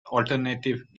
alternative